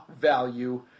value